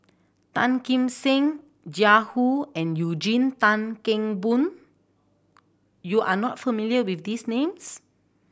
Tan Kim Seng Jiang Hu and Eugene Tan Kheng Boon you are not familiar with these names